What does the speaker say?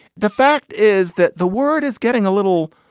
the fact is that the word is getting a little,